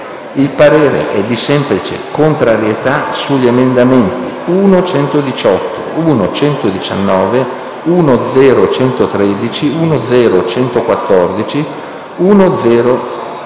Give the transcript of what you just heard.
Il parere è di semplice contrarietà sugli emendamenti 1.118, 1.119, 1.0.113, 1.0.114 e 1.0.115.